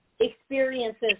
experiences